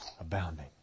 abounding